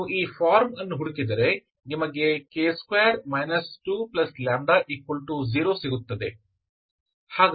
ನೀವು ಈ ಫಾರ್ಮ್ ಅನ್ನು ಹುಡುಕಿದರೆ ನಿಮಗೆ k2 2λ0 ಸಿಗುತ್ತದೆ